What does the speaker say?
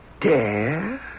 dare